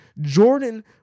jordan